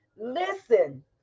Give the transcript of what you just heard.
listen